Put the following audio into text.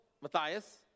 Matthias